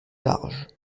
large